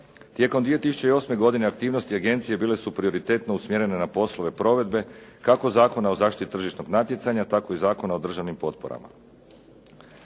Tijekom 2008. godine aktivnosti agencije bile su prioritetno usmjerene na poslove provedbe kako Zakona o zaštiti tržišnog natjecanja tako i Zakona o državnim potporama.